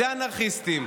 אלה אנרכיסטים.